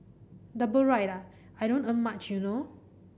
double ride ah I don't earn much you know